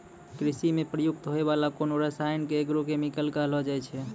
कृषि म प्रयुक्त होय वाला कोनो रसायन क एग्रो केमिकल कहलो जाय छै